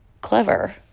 clever